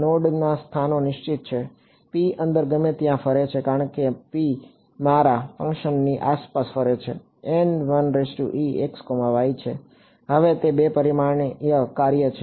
node સ્થાનો નિશ્ચિત છે P અંદર ગમે ત્યાં ફરે છે કારણ કે P મારા ફંક્શનની આસપાસ ફરે છે હવે 2 પરિમાણીય કાર્ય છે